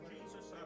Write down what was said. Jesus